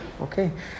okay